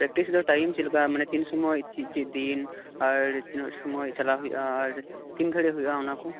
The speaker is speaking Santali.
ᱯᱨᱮᱠᱴᱤᱥ ᱫᱚ ᱴᱟᱭᱤᱢ ᱪᱮᱫ ᱞᱮᱠᱟ ᱢᱟᱱᱮ ᱛᱤᱱ ᱥᱳᱢᱚᱭ ᱪᱮᱫ ᱪᱮᱫ ᱫᱤᱱ ᱟᱨ ᱛᱤᱱᱟᱜ ᱥᱳᱢᱚᱭ ᱪᱟᱞᱟᱜ ᱦᱩᱭᱩᱜᱼᱟ ᱟᱨ ᱛᱤᱱ ᱜᱷᱟᱨᱤᱡ ᱦᱩᱭᱩᱜᱼᱟ ᱚᱱᱟ ᱠᱚ